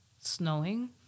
snowing